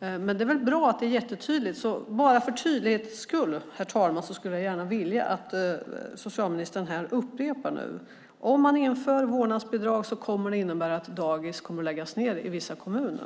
Men det är väl bra att det är jättetydligt. Bara för tydlighets skull, herr talman, skulle jag gärna vilja att socialministern här upprepar att om man inför vårdnadsbidraget kommer det att innebära att dagis kommer att läggas ned i vissa kommuner.